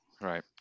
Right